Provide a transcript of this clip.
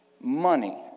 money